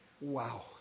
Wow